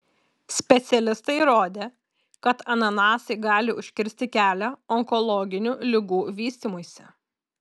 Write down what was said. specialistai įrodė kad ananasai gali užkirsti kelią onkologinių ligų vystymuisi